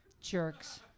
Jerks